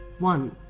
one.